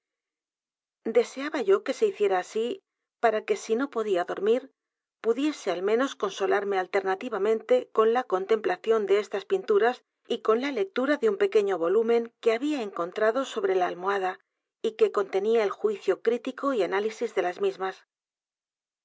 deseaba yo que s e hiciera así para que si no podía dormir pudiese al menos consolarme alternativamente con la contemplación de estas pinturas y con la lectura de u n pequeño volumen que había encontrado sobre la almohada y que contenía el juicio crítico y análisis de las